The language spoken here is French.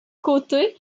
côté